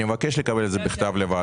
אני מבקש לקבל את זה בכתב לוועדה.